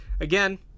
Again